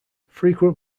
frequent